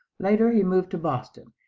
later he moved to boston.